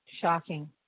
Shocking